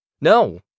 No